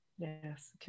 Yes